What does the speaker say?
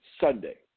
sunday